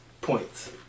points